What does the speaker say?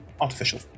Artificial